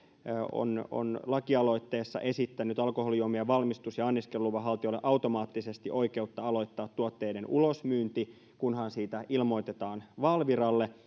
on on lakialoitteessa esittänyt alkoholijuomien valmistus ja anniskeluluvan haltijoille automaattisesti oikeutta aloittaa tuotteiden ulosmyynti kunhan siitä ilmoitetaan valviralle